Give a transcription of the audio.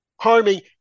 harming